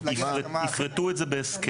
יפרטו את זה בהסכם.